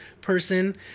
person